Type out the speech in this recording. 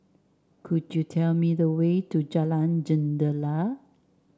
could you tell me the way to Jalan Jendela